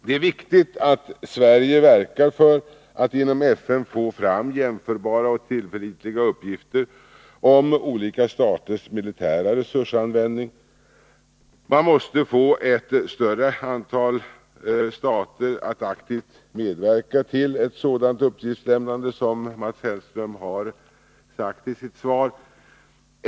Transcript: Det är viktigt att Sverige verkar för att inom FN få fram jämförbara och tillförlitliga uppgifter om olika staters militära resursanvändning. Man måste få ett större antal stater att aktivt medverka till ett sådant uppgiftslämnande som Mats Hellström berört i sitt svar.